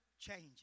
changes